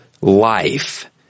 life